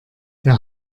der